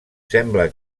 sembla